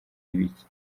ibiki